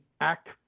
act